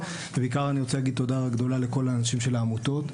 ובעיקר אני רוצה להגיד תודה גדולה לכל האנשים של העמותות.